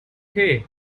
hey